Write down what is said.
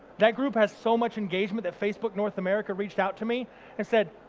that group has so much engagement, that facebook north america reached out to me and said,